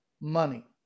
money